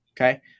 Okay